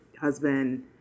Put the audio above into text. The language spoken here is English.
husband